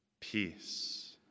peace